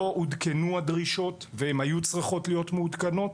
לא עודכנו הדרישות והן היו צריכות להיות מעודכנות,